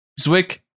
Zwick